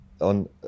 on